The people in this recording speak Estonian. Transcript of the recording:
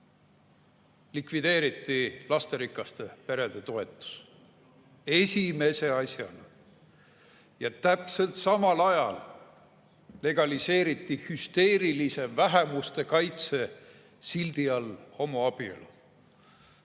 likvideeriti lasterikaste perede toetus. Esimese asjana! Täpselt samal ajal legaliseeriti hüsteerilise vähemuste kaitse sildi all homoabielu.